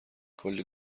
کلی